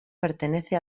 pertenece